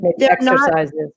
exercises